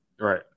Right